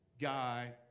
guy